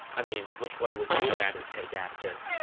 i mean, which one would you rather take after?